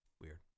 Weird